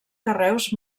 carreus